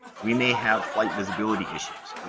we may have flight visibility issues. and